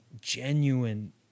genuine